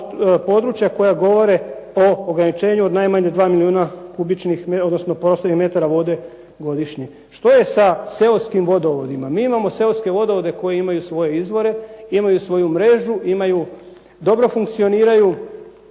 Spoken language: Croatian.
područja koja govore o ograničenju od najmanje 2 milijuna prostornih metara vode godišnje. Što je sa seoskim vodovodima? Mi imamo seoske vodovode koji imaju svoje izvore imaju svoju mrežu, dobro funkcioniraju,